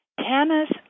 Tana's